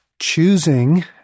choosing